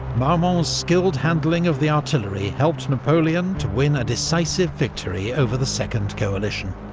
marmont's skilled handling of the artillery helped napoleon to win a decisive victory over the second coalition.